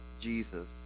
Jesus